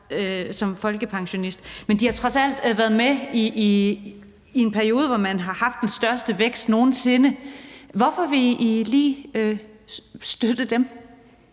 som folkepensionist, men de har trods alt været med i en periode, hvor man har haft den største vækst nogen sinde. Hvorfor vil I lige støtte dem?